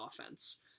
offense